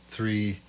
three